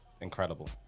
incredible